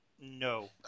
No